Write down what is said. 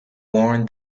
worn